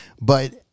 but-